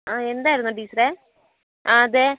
ആ എന്തായിരുന്നു ടീച്ചറേ ആ അതെ